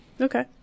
Okay